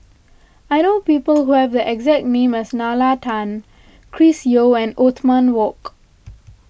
I know people who have the exact name as Nalla Tan Chris Yeo and Othman Wok